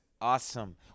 Awesome